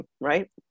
Right